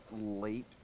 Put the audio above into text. late